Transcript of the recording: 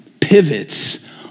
pivots